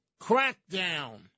crackdown